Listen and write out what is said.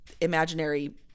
imaginary